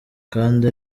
kandi